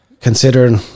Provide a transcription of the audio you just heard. considering